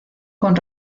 con